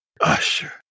Usher